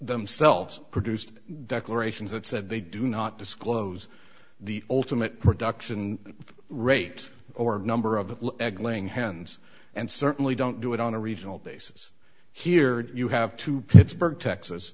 themselves produced declarations that said they do not disclose the ultimate production rate or number of egg laying hens and certainly don't do it on a regional basis here you have to pittsburgh texas